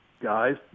Guys